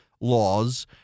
laws